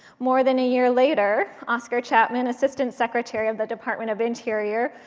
more than a year later, oscar chapman, assistant secretary of the department of interior,